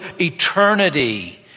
eternity